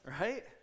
Right